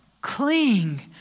cling